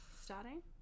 starting